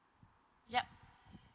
yup